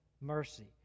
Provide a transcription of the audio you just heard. mercy